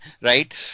right